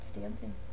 dancing